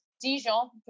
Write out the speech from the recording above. Dijon